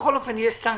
בכל אופן, יש סנקציה.